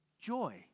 joy